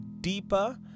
deeper